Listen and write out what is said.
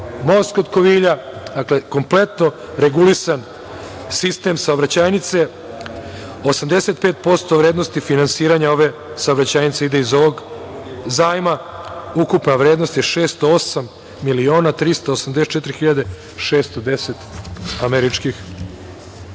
most kod Kovilja, dakle kompletno regulisan sistem saobraćajnice, 85% vrednosti finansiranja ove saobraćajnice ide iz ovog zajma. Ukupna vrednost je 608.384.610 američkih